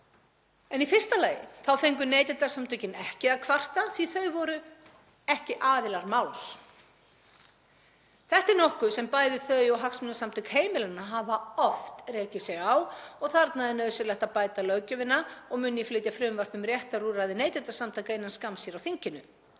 en í fyrsta lagi fengu Neytendasamtökin ekki að kvarta því þau voru ekki aðilar máls. Þetta er nokkuð sem bæði þau og Hagsmunasamtök heimilanna hafa oft rekið sig á og þarna er nauðsynlegt að bæta löggjöfina og mun ég flytja frumvarp um réttarúrræði neytendasamtaka innan skamms hér á þinginu